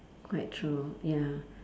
quite true ya